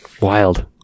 Wild